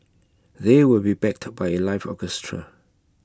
they will be backed by A live orchestra